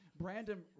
Brandon